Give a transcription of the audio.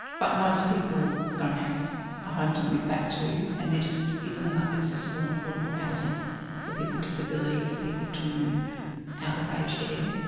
but most people don't have a home to move back to, and there just isn't enough accessible and affordable housing for people with disability, for people to move out of aged care.